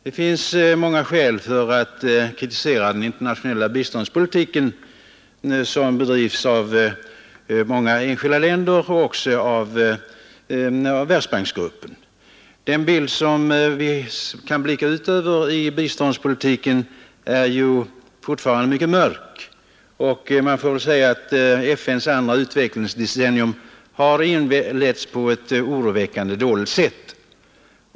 Det finns många skäl att kritisera den internationella biståndspolitik som bedrivs av många enskilda länder och också av Världsbankgruppen. Den bild som vi kan blicka ut över när det gäller biståndspolitiken är fortfarande mycket mörk, och man får väl säga att FN:s andra utvecklingsdecennium har inletts på ett oroväckande dåligt sätt.